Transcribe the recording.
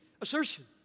assertion